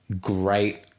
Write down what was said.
great